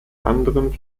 anderem